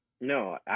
No